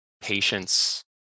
patience